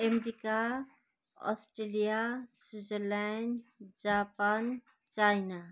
America Australia Switzerland Japan China